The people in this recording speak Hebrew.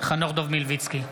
חנוך דב מלביצקי,